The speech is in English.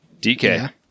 DK